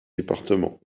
département